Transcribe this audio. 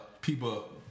people